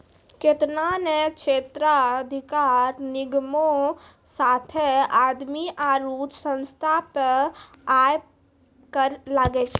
केतना ने क्षेत्राधिकार निगमो साथे आदमी आरु संस्था पे आय कर लागै छै